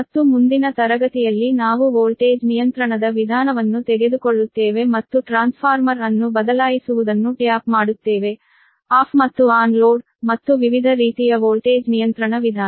ಮತ್ತು ಮುಂದಿನ ತರಗತಿಯಲ್ಲಿ ನಾವು ವೋಲ್ಟೇಜ್ ನಿಯಂತ್ರಣದ ವಿಧಾನವನ್ನು ತೆಗೆದುಕೊಳ್ಳುತ್ತೇವೆ ಮತ್ತು ಟ್ರಾನ್ಸ್ಫಾರ್ಮರ್ ಅನ್ನು ಬದಲಾಯಿಸುವುದನ್ನು ಟ್ಯಾಪ್ ಮಾಡುತ್ತೇವೆ ಆಫ್ ಮತ್ತು ಆನ್ ಲೋಡ್ ಮತ್ತು ವಿವಿಧ ರೀತಿಯ ವೋಲ್ಟೇಜ್ ನಿಯಂತ್ರಣ ವಿಧಾನ